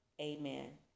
amen